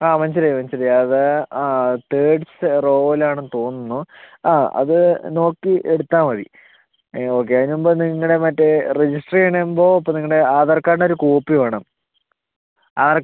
ആ മനസ്സിലായി മനസ്സിലായി അത് തേർഡ്സ് റോയിൽ ആണ്ന്ന് തോന്നുന്നു ആ അത് നോക്കി എടുത്താ മതി ഓക്കെ അപ്പം നിങ്ങട മറ്റെ രജിസ്റ്റർ ചെയ്യാൻ ആവുമ്പോ ഇപ്പം നിങ്ങട ആധാർ കാർഡ് ഒരു കോപ്പി വേണം ആറ്